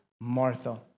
Martha